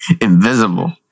invisible